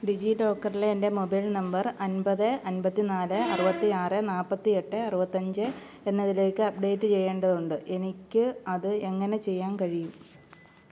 ഡിജി ലോക്കറിലെ എൻ്റെ mobile number അൻപത് അൻപത്തി നാല് അറുപത്തി ആറ് നാൽപ്പത്തി എട്ട് അറുപത്തഞ്ച് എന്നതിലേക്ക് അപ്ഡേറ്റ് ചെയ്യേണ്ടതുണ്ട് എനിക്ക് അത് എങ്ങനെ ചെയ്യാൻ കഴിയും